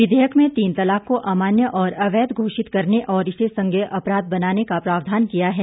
विधेयक में तीन तलाक को अमान्य और अवैध घोषित करने और इसे संज्ञेय अपराध बनाने का प्रावधान किया है